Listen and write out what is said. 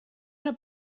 una